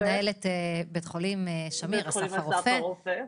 מנהלת בית חולים שמיר (אסף הרופא).